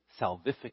salvific